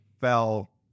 fell